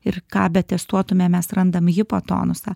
ir ką betestuotume mes randam hipotonusą